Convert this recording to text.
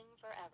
forever